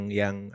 yang